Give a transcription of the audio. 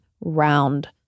round